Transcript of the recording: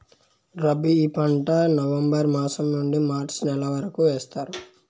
రబీ పంట నవంబర్ మాసం నుండీ మార్చి నెల వరకు వేస్తారు